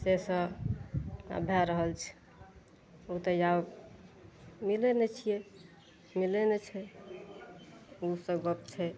से सब आब भए रहल छै ओते आब मिलय नहि छियै मिलय नहि छै उसब गप छै